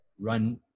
run